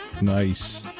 Nice